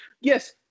Yes